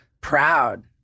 proud